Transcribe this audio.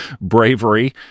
Bravery